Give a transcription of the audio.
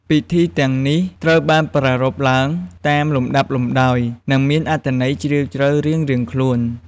ពិធីទាំងនេះត្រូវបានប្រារព្ធឡើងតាមលំដាប់លំដោយ និងមានអត្ថន័យជ្រាលជ្រៅរៀងៗខ្លួន។